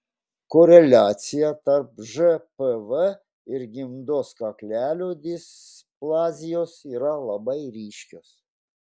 koreliacija tarp žpv ir gimdos kaklelio displazijos yra labai ryški